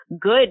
good